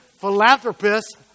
philanthropist